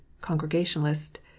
Congregationalist